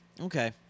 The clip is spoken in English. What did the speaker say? okay